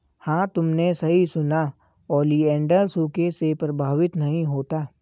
हां तुमने सही सुना, ओलिएंडर सूखे से प्रभावित नहीं होता